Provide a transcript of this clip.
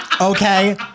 Okay